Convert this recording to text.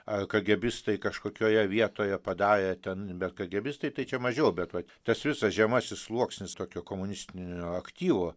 ar kagėbistai kažkokioje vietoje padarė ten bet kagėbistai tai čia mažiau bet vat tas visas žemasis sluoksnis tokio komunistinio aktyvo